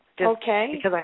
Okay